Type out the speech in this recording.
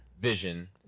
Vision